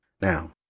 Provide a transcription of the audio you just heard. Now